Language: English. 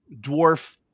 dwarf